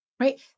right